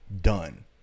done